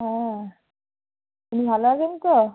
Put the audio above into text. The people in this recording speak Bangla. হ্যাঁ আপনি ভালো আছেন তো